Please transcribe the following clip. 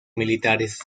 militares